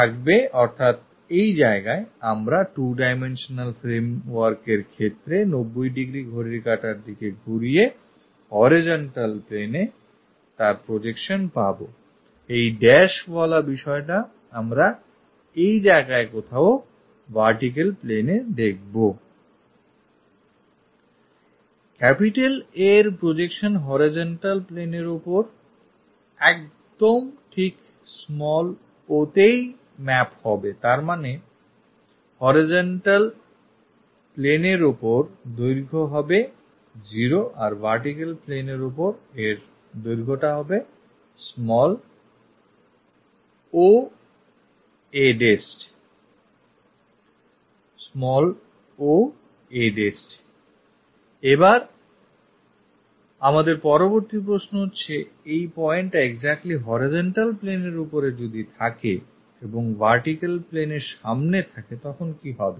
থাকবে অর্থাৎ আমরা 2 dimensional framework এর ক্ষেত্রে 90° ঘড়ির কাটার দিকে ঘুরিয়ে horizontal planeএ তার projection পাবI এই' ওয়ালা বিষয়টা আমরা এই জায়গায় কোথাও vertical planeএ দেখবI A এর projection horizontal planeএর ওপর একদম ঠিক o তেই map হবেI তারমানে horizontal planeএর উপর এর project এর দৈর্ঘ্য 0 আর vertical plane এর উপর এ এই দৈর্ঘ্য টা হবে oa'I এবার আমাদের পরবর্তী প্রশ্ন হচ্ছে যদি এই A pointটা exactly horizontal plane এর উপরে থাকে এবং vertical planeএর ভার্টিক্যাল সামনে থাকে তখন কি হবে